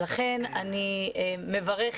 ולכן אני מברכת